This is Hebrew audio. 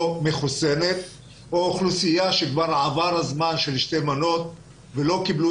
מחוסנת או אוכלוסייה שכבר עבר הזמן של שתי מנות ולא קיבלו